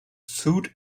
suit